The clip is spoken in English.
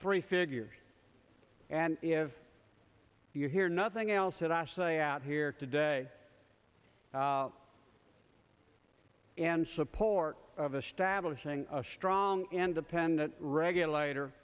hree figures and if you hear nothing else that i say out here today and support of establishing a strong independent regulator